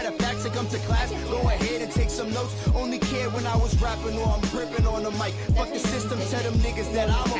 back to come to class oh, i here to take some notes only care when i was dropping off it on the mic system set up niggas that